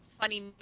funny